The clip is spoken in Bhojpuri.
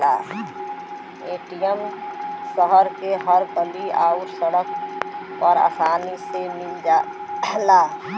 ए.टी.एम शहर के हर गल्ली आउर सड़क पर आसानी से मिल जाला